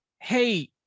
hey